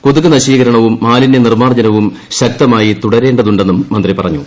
കൊതുക് നശീകരണവും മാലിന്യ നിർമാർജ നവും ശക്തമായി തുടരേണ്ടതുണ്ടെന്നും മന്ത്രി പറഞ്ഞു